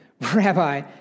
Rabbi